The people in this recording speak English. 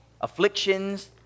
afflictions